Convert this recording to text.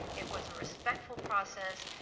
it was a respectful process.